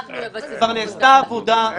כבר נעשתה עבודה,